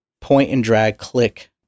point-and-drag-click